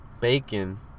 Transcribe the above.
bacon